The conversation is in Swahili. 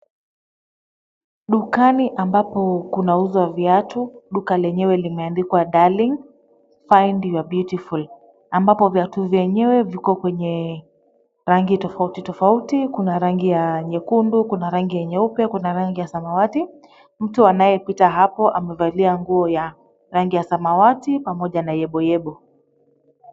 Dukani ambapo kuna uzo viatu. Duka lenye limeandikwa Darling. Find your beautiful . Ambapo viatu vyenyewe viko kwenye rangi tofauti tofauti, kuna rangi ya nyekundu, kuna rangi ya nyeupe, kuna rangi ya samawati. Mtu anayepita hapo amevaalia nguo ya rangi ya samawati pamoja na yebo yebo.